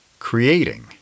creating